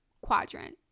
quadrant